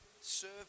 Serve